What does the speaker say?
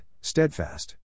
steadfast